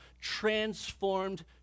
transformed